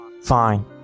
fine